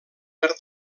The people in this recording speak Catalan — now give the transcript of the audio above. per